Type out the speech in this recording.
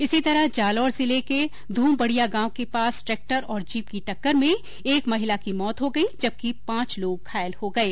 इसी तरह जालोर जिले के ध्रमबडिया गांव के पास ट्रेक्टर और जीप की टक्कर में एक महिला की मौत हो गई जबकि पांच लोग घायल हो गये